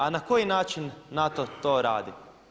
A na koji način NATO to radi?